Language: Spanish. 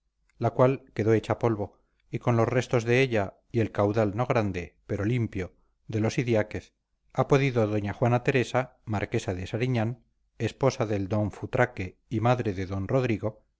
la cual quedó hecha polvo y con los restos de ella y el caudal no grande pero limpio de los idiáquez ha podido doña juana teresa marquesa de sariñán esposa del d futraque y madre del d rodrigo